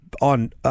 on